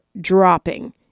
dropping